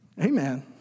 Amen